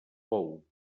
bou